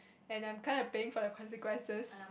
and I'm kind of paying for the consequences